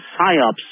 PSYOPS